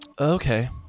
Okay